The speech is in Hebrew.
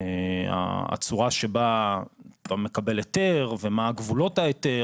הצורה שבה מקבל היתר ומה גבולות ההיתר